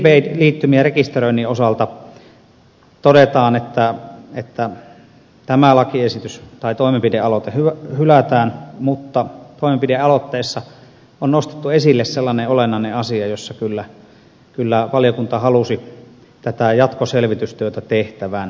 prepaid liittymien rekisteröinnin osalta todetaan että tämä lakiesitys tai toimenpidealoite hylätään mutta toimenpidealoitteessa on nostettu esille sellainen olennainen asia jossa kyllä valiokunta halusi jatkoselvitystyötä tehtävän